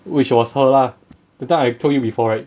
which was her lah that time I told you before right